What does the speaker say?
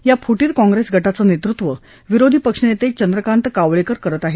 या फूटीर काँप्रेस गटाचं नेतृत्व विरोधी पक्षनेते चंद्रकांत कावळेकर करत आहेत